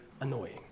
annoying